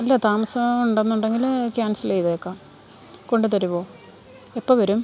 ഇല്ല താമസം ഉണ്ടെന്ന് ഉണ്ടെങ്കിൽ ക്യാൻസൽ ചെയ്തേക്കാം കൊണ്ടുതരുവോ എപ്പോൾ വരും